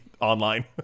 online